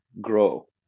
grow